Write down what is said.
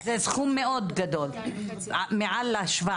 אז 2.5% זה אומר סכום מאוד גדול מעל ה-700.